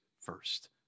first